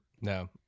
no